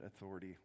authority